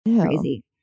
crazy